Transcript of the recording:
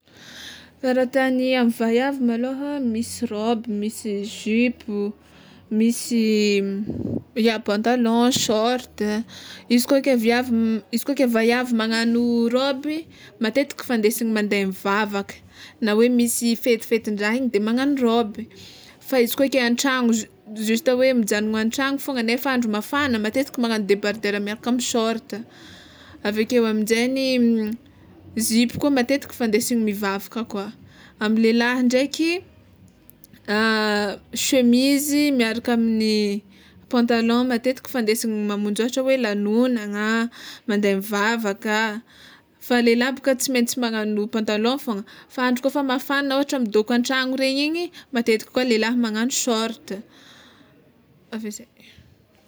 Kara ta ny vaiavy malôha misy rôby, misy zipo, misy ia pantalon, sôrta, izy koa ke viavy izy kô ke vaiavy magnagno rôby matetiky fandesina mande mivavaka na hoe misy fetifetindraha igny de magnagno rôby, fa izy koa ke an-tragno justa hoe mijagnono an-tragno fôgna nefa andro mafana matetika magnagno debarder miaraka amy sôrta, aveke aminjegny izy io zipo koa matetiky fandesy mivavaka koa; amy lelah ndraiky chemizy miaraka amin'ny pantalon matetiky fandesigny mamonjy ôhatra hoe lagnognana, mande mivavaka fa lelah baka tsy maintsy magnagno pantalon fôgna, fa andro kôfa mafana ôhatra midôko an-tragno regny igny matetiky koa lelah magnagno sôrta aveo zay.